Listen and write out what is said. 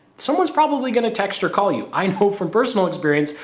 someone's probably going to text or call you. i know from personal experience,